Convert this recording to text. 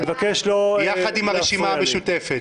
יחד עם הרשימה המשותפת.